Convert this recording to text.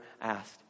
asked